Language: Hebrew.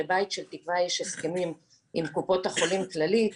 לבית של תקווה יש הסכמים עם קופות החולים כללית,